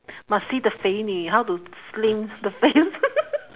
must see the 肥女：fei nv how to slim the face